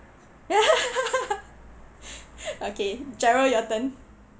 okay jerald your turn